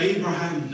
Abraham